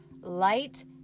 light